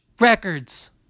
records